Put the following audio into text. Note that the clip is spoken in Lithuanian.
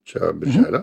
čia birželio